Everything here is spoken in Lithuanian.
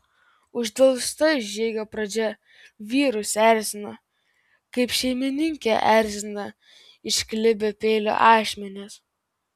uždelsta žygio pradžia vyrus erzino kaip šeimininkę erzina išklibę peilio ašmenys